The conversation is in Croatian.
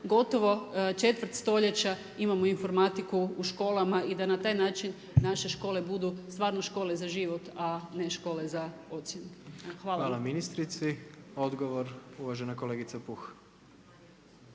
gotovo četvrt stoljeća imamo informatiku u školama i da na taj način naše škole budu stvarno škole za život, a ne škole za ocjenu. Hvala. **Jandroković, Gordan